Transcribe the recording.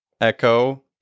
Echo